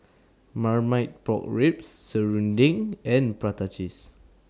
Marmite Pork Ribs Serunding and Prata Cheese